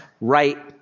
right